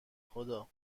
خدا